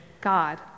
God